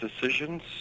decisions